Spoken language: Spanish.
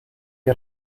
que